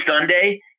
Sunday